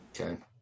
okay